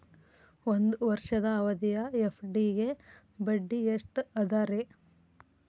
ಒಂದ್ ವರ್ಷದ ಅವಧಿಯ ಎಫ್.ಡಿ ಗೆ ಬಡ್ಡಿ ಎಷ್ಟ ಅದ ರೇ?